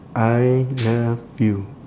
I love you